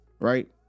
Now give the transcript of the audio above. right